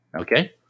okay